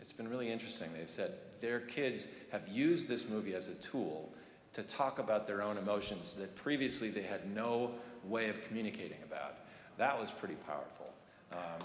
it's been really interesting they said their kids have used this movie as a tool to talk about their own emotions that previously they had no way of communicating about that was pretty powerful